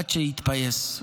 עד שיתפייס.